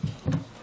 ועדת הכנסת.